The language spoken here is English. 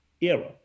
era